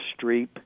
Streep